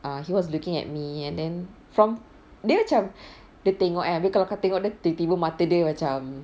err he was looking at me and then from dia macam dia tengok kan abeh kalau kau tengok dia tiba-tiba mata dia macam